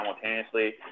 simultaneously